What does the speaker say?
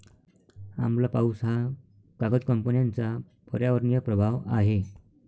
आम्ल पाऊस हा कागद कंपन्यांचा पर्यावरणीय प्रभाव आहे